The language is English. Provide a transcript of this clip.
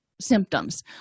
Symptoms